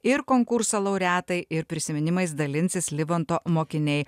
ir konkurso laureatai ir prisiminimais dalinsis livonto mokiniai